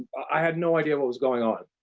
i had no idea what was going on.